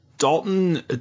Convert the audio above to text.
Dalton